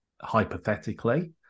hypothetically